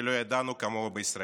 שלא ידענו כמוה בישראל.